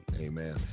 Amen